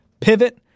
Pivot